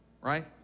right